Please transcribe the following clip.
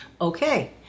Okay